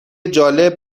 جالب